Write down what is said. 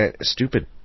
Stupid